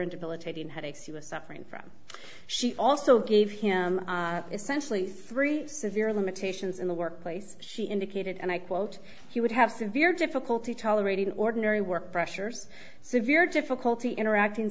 and debilitating headaches she was suffering from she also gave him essentially three severe limitations in the workplace she indicated and i quote he would have severe difficulty tolerating ordinary work pressures severe difficulty interacting